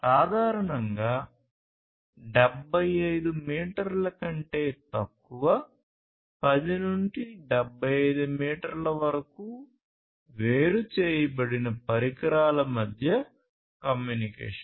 సాధారణంగా 75 మీటర్ల కంటే తక్కువ 10 నుండి 75 మీటర్ల వరకు వేరు చేయబడిన పరికరాల మధ్య కమ్యూనికేషన్